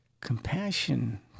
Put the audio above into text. compassion